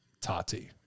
Tati